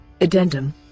Addendum